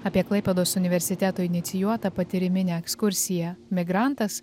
apie klaipėdos universiteto inicijuotą patyriminę ekskursiją migrantas